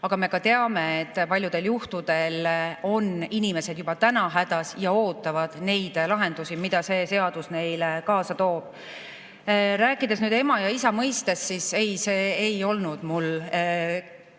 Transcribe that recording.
Me teame, et paljudel juhtudel on inimesed juba praegu hädas ja ootavad neid lahendusi, mida see seadus neile kaasa toob. Kui rääkida nüüd ema ja isa mõistest, siis ei, see ei olnud mul